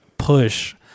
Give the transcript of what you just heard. push